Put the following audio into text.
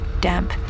damp